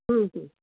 हम्म हम्म